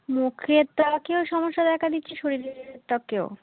মুখের ত্বকেও সমস্যা দেখা দিচ্ছে শরীরের ত্বকেও